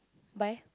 by